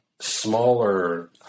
smaller